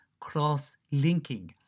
cross-linking